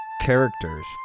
characters